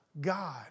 God